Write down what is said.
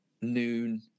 noon